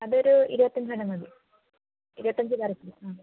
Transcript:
അതൊരു ഇരുപത്തഞ്ച് എണ്ണം മതി ഇരുപത്തഞ്ച് പേർക്ക്